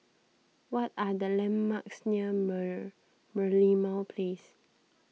what are the landmarks near Merlimau Place